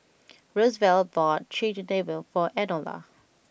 Roosevelt bought Chigenabe for Enola